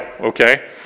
okay